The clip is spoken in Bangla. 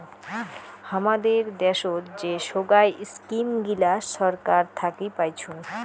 হামাদের দ্যাশোত যে সোগায় ইস্কিম গিলা ছরকার থাকি পাইচুঙ